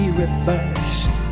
reversed